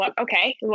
okay